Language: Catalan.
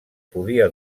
podia